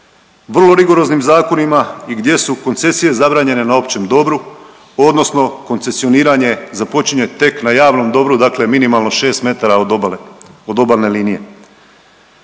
vrlo rigoroznim zakonima i gdje su koncesije zabranjene na općem dobru odnosno koncesioniranje započinje tek na javnom dobru, dakle minimalno 6 metara od obale,